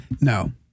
No